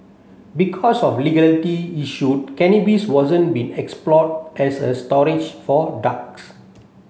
because of legality issue cannabis wasn't being explored as a storage for drugs